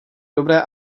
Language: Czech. dobré